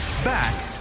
Back